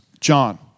John